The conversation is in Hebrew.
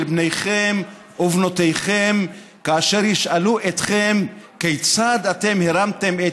בניכם ובנותיכם כאשר ישאלו אתכם: כיצד אתם הרמתם את